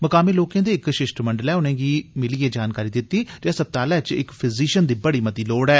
मकामी लोकें दे इक शिष्टमंडलै उनेंगी मिलियै जानकारी दिती जे अस्पतालै च इक फिजीशियन दी बड़ी मती लोड़ ऐ